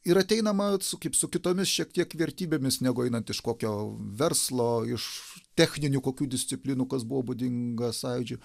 ir ateinama su kaip su kitomis šiek tiek vertybėmis negu einant iš kokio verslo iš techninių kokių disciplinų kas buvo būdinga sąjūdžiu